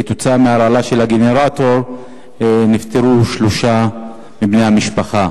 כתוצאה מהרעלה של הגנרטור נפטרו שלושה מבני-המשפחה.